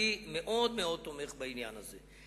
אני מאוד תומך בעניין הזה.